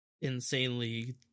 insanely